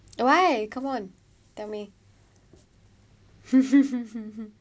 why come on tell me